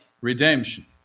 redemption